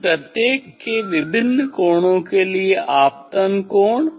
इन प्रत्येक के विभिन्न कोणों के लिए आपतन कोण